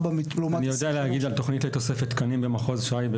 לעומת 2023. אני יודע להגיד על תוכנית לתוספת תקנים במחוז שי,